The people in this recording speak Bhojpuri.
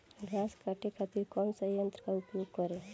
घास काटे खातिर कौन सा यंत्र का उपयोग करें?